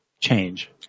change